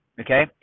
okay